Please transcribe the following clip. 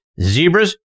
Zebras